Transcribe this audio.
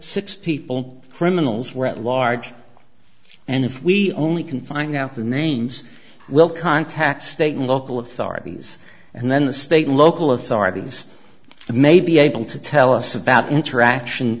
six people for him and we're at large and if we only can find out the names will contact state and local authorities and then the state local authorities may be able to tell us about interaction